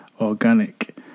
organic